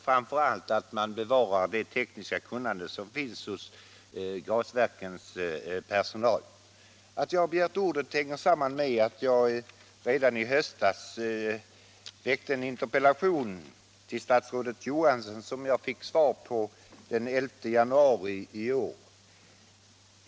Framför allt måste man se till att bevara det tekniska kunnande som finns hos gasverkens personal. Att jag begärt ordet sammanhänger med att jag redan i höstas framställde en interpellation till statsrådet Johansson. Jag fick svar på denna den 11 januari i år.